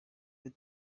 iyo